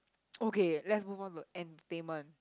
okay let's move on to entertainment